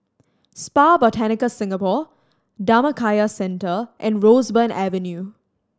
Spa Botanica Singapore Dhammakaya Centre and Roseburn Avenue